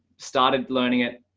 started learning it.